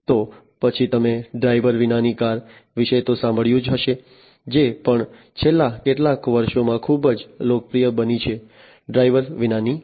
તો પછી તમે ડ્રાઇવર વિનાની કાર વિશે તો સાંભળ્યું જ હશે જે પણ છેલ્લા કેટલાક વર્ષોમાં ખૂબ જ લોકપ્રિય બની છે ડ્રાઇવર વિનાની કાર